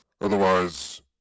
Otherwise